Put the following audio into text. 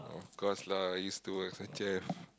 of course lah use to work as a chef